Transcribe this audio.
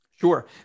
Sure